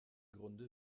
grunde